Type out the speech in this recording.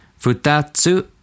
Futatsu